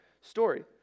story